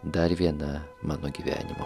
dar viena mano gyvenimo